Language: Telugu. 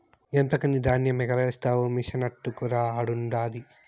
ఎంతకని ధాన్యమెగారేస్తావు కానీ మెసినట్టుకురా ఆడుండాది